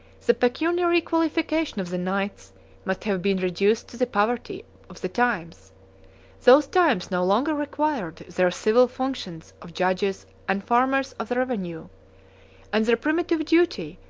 the pecuniary qualification of the knights must have been reduced to the poverty of the times those times no longer required their civil functions of judges and farmers of the revenue and their primitive duty,